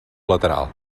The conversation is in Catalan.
lateral